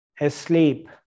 asleep